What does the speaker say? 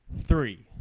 three